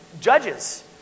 Judges